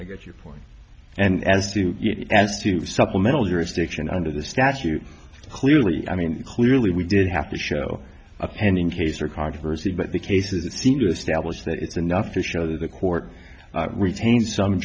i get your point and as to as to supplemental jurisdiction under the statute clearly i mean clearly we did have to show a pending case or controversy but the cases that seem to establish that it's enough to show the court retain some